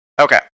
Okay